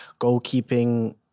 goalkeeping